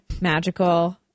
magical